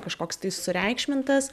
kažkoks tai sureikšmintas